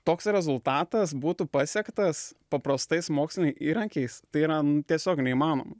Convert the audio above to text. toks rezultatas būtų pasiektas paprastais moksliniais įrankiais tai yra tiesiog neįmanoma